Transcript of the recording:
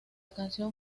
canción